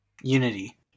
Unity